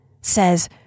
says